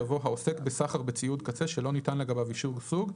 יבוא "העוסק בסחר בציוד קצה שלא ניתן לגביו אישור סוג,